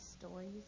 stories